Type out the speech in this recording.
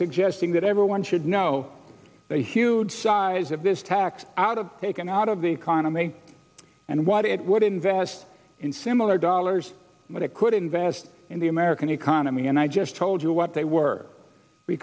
suggesting that everyone should know the huge size of this tax out of taken out of the economy and what it would invest in similar dollars what it could invest in the american economy and i just told you what they were we